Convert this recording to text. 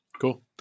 Cool